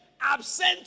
Absent